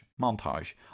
montage